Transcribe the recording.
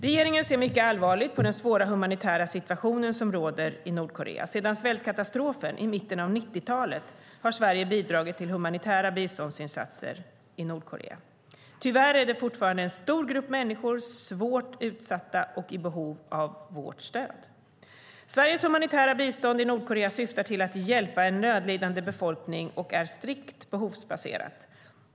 Regeringen ser mycket allvarligt på den svåra humanitära situation som råder i Nordkorea. Sedan svältkatastrofen i mitten av 1990-talet har Sverige bidragit till humanitära biståndsinsatser i Nordkorea. Tyvärr är fortfarande en stor grupp människor svårt utsatta och i behov av vårt stöd. Sveriges humanitära bistånd i Nordkorea syftar till att hjälpa en nödlidande befolkning och är strikt behovsbaserat.